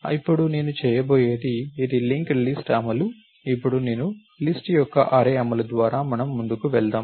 ఇప్పుడు నేను చేయబోయేది ఇది లింక్డ్ లిస్ట్ అమలు ఇప్పుడు నేను లిస్ట్ యొక్క అర్రే అమలు ద్వారా మనం ముందుకు వెళదాం